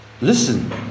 Listen